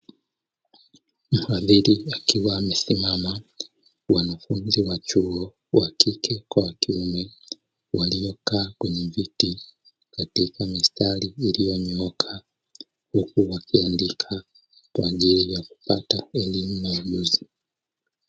Mala nyingi akiwa amesimama, wanafunzi wa chuo wakike kwa wakiume waliokaa kwenye viti katika mistari iliyonyooka huku wakiandika kwaajili ya kupata elimu na ujuzi